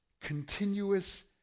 continuous